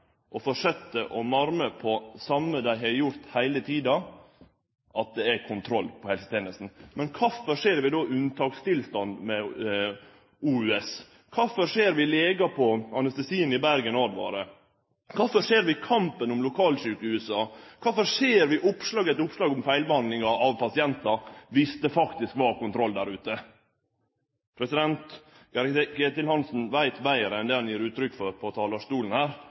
fortset med å marme på det same dei har gjort heile tida, nemleg at det er kontroll på helsetenestene. Men kvifor ser vi då unntakstilstanden ved OUS? Kvifor ser vi at legar på anestesien i Bergen åtvarar? Kvifor ser vi kampen om lokalsjukehusa? Kvifor ser vi oppslag etter oppslag om feilbehandling av pasientar, om det faktisk var kontroll der ute? Ja, Geir-Ketil Hansen veit betre enn det han gir uttrykk for på talarstolen her